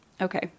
Okay